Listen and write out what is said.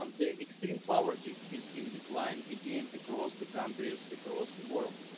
um the extreme poverty is in decline again across the countries across the world.